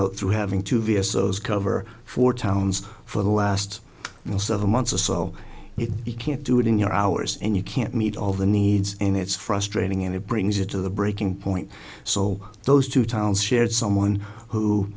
out through having two vs those cover four towns for the last seven months or so if you can't do it in your hours and you can't meet all the needs and it's frustrating and it brings you to the breaking point so those two towns shared someone who